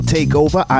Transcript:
Takeover